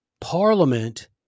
Parliament